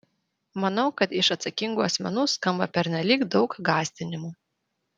manau kad iš atsakingų asmenų skamba pernelyg daug gąsdinimų